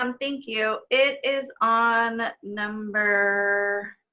um thank you. it is on number